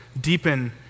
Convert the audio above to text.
deepen